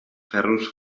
ferros